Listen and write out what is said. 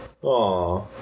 Aw